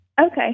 Okay